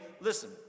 Listen